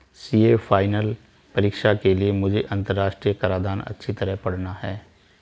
CA final परीक्षा के लिए मुझे अंतरराष्ट्रीय कराधान अच्छी तरह पड़ना है